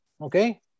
okay